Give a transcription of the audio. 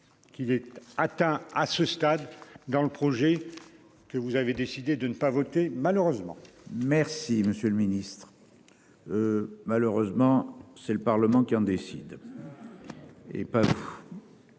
qu'il est atteint à ce stade, dans le projet que vous avez décidé de ne pas voter malheureusement. Merci, monsieur le Ministre, malheureusement c'est le Parlement qui en décident. Et pas.